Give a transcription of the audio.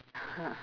!huh!